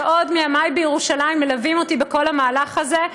שעוד מימי בירושלים מלווים אותי בכל המהלך הזה.